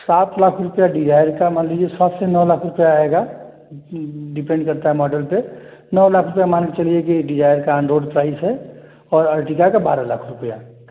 सात लाख रुपया डिजायर का मान लीजिए सात से नौ लाख रुपया आएगा डिपेंड करता है माडल पर नौ लाख तो मान के चलिए कि डिजायर का अन रोड साइज़ है और अर्टिगा का बारह लाख रुपया है